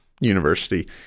university